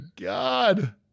God